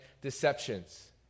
deceptions